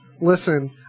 Listen